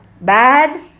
Bad